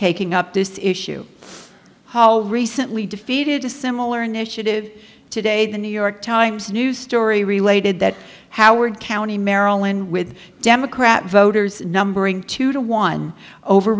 taking up this issue how recently defeated a similar initiative today the new york times news story related that howard county maryland with democrat voters numbering two to one over